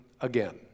again